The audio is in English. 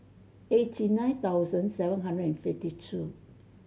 eighty nine thousand seven hundred and fifty two